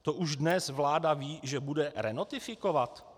To už dnes vláda ví, že bude renotifikovat?